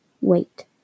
Wait